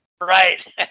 Right